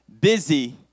busy